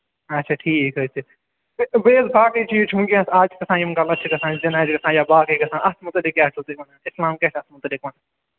اَچھا ٹھیٖک حظ تیٚلہِ بیٚیہِ حظ باقٕے چیٖز چھِ وٕنکیٚنس آز چھِ گژھان یِم غلط چھِ گژھان یہِ زِنا چھِ گژھان یا باقٕے گژھان اَتھ مُتعلِق کیاہ چھِو تُہۍ وَنان اِسلام کیاہ چھُ اَتھ مُتعلِق وَنان